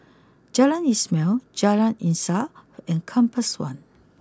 Jalan Ismail Jalan Insaf and Compass one